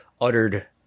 uttered